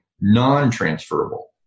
non-transferable